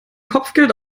kopfgeld